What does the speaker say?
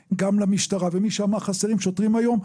המאבטחים.